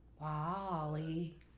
Wally